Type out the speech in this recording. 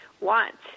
want